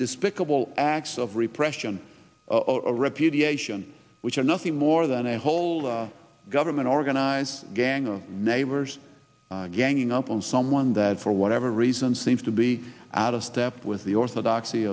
despicable acts of repression a repudiation which are nothing more than a whole government organized gang of neighbors ganging up on someone that for whatever reason seems to be out of step with the orthodox